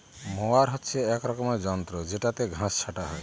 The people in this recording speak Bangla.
মোয়ার হচ্ছে এক রকমের যন্ত্র জেত্রযেটাতে ঘাস ছাটা হয়